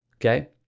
okay